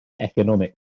economic